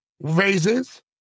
raises